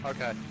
Okay